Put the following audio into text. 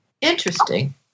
Interesting